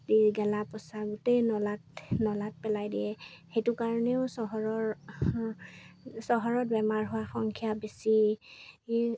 আদিৰ গেলা পচা গোটেই নলাত নলাত পেলাই দিয়ে সেইটো কাৰণেও চহৰৰ চহৰত বেমাৰ হোৱা সংখ্যা বেছি